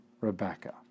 Rebecca